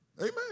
Amen